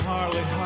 Harley